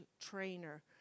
trainer